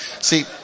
See